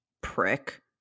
Prick